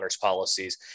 policies